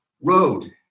road